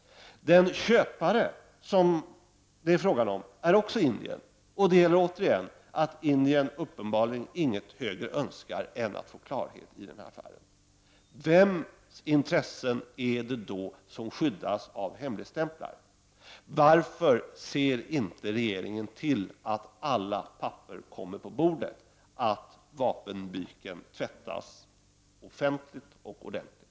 Den köpare som det är fråga om är också Indien. Där är det igen så att Indien uppenbarligen inget högre önskar än att få klarhet i den här affären. Vems intressen är det då som skyddas genom hemligstämpling? Varför ser inte regeringen till att alla papper kommer på bordet, att vapenbyken tvättas offentligt och ordentligt?